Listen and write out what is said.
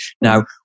now